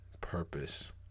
purpose